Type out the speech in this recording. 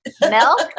Milk